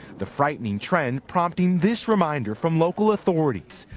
the frightening trend prompting this reminder from local authorities.